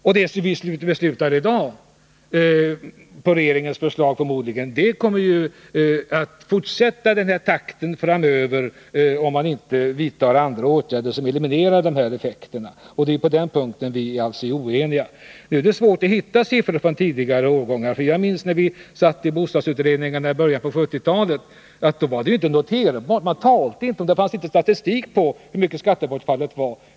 Och med det beslut vi förmodligen i dag kommer att fatta, med utgångspunkt i regeringens förslag, kommer den här ökningstakten att fortsätta framöver — om man inte vidtar andra åtgärder som eliminerar dessa effekter. Och det är alltså på den punkten vi är oeniga. Det är svårt att hitta siffror från tidigare år. Jag minns att man, då vi satt i bostadsutredningar i början av 1970-talet, inte talade om detta som ett skattebortfallsproblem; det fanns inte statistik på hur stort skattebortfallet var.